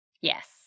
Yes